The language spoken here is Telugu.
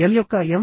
ఎల్ యొక్క ఎం